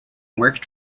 worked